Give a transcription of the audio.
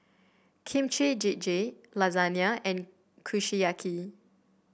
Kimchi Jjigae Lasagne and Kushiyaki